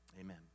amen